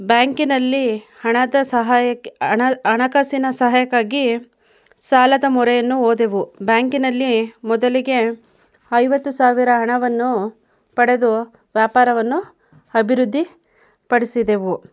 ಬ್ಯಾಂಕಿನಲ್ಲಿ ಹಣದ ಸಹಾಯಕ್ಕೆ ಹಣ ಹಣಕಾಸಿನ ಸಹಾಯಕ್ಕಾಗಿ ಸಾಲದ ಮೊರೆಯನ್ನು ಹೋದೆವು ಬ್ಯಾಂಕಿನಲ್ಲಿ ಮೊದಲಿಗೆ ಐವತ್ತು ಸಾವಿರ ಹಣವನ್ನು ಪಡೆದು ವ್ಯಾಪಾರವನ್ನು ಅಭಿವೃದ್ಧಿ ಪಡಿಸಿದೆವು